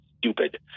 stupid